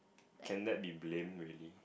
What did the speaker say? can that be blame really